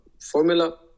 formula